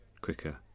quicker